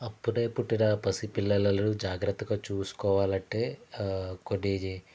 అప్పుడే పుట్టిన పసిపిల్లలను జాగ్రత్తగా చూసుకోవాలంటే కొన్ని